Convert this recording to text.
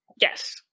Yes